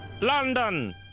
London